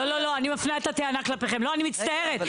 לא לא אני מפנה את הטענה כלפיכם, לא, אני מצטערת.